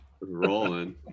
rolling